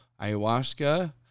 Ayahuasca